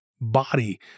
body